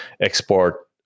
export